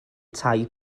tai